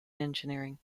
engineering